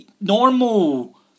Normal